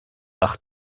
ach